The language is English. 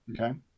Okay